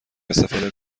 استفاده